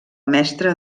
mestre